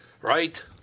Right